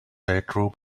bedroom